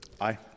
Aye